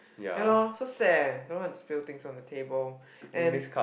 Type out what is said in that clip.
ya loh so sad don't know how to spill things on the table and